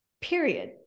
period